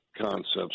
concepts